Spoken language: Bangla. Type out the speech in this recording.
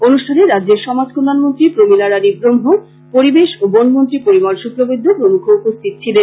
অনিুষ্ঠানে রাজ্যের সমাজকল্যন মন্ত্রী প্রমীলা রানী ব্রহ্ম পরিবেশ ও বন মন্ত্রী পরিমল শুক্লবৈদ্য প্রমূখ উপস্থিত ছিলেন